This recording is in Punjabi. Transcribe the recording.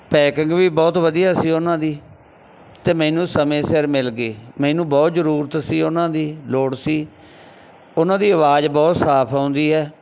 ਪੈਕਿੰਗ ਵੀ ਬਹੁਤ ਵਧੀਆ ਸੀ ਉਹਨਾਂ ਦੀ ਅਤੇ ਮੈਨੂੰ ਸਮੇਂ ਸਿਰ ਮਿਲ ਗਏ ਮੈਨੂੰ ਬਹੁਤ ਜ਼ਰੂਰਤ ਸੀ ਉਹਨਾਂ ਦੀ ਲੋੜ ਸੀ ਉਹਨਾਂ ਦੀ ਆਵਾਜ਼ ਬਹੁਤ ਸਾਫ਼ ਆਉਂਦੀ ਹੈ